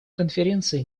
конференция